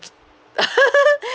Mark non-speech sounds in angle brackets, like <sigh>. <noise> <laughs>